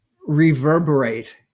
reverberate